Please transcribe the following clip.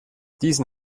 diesen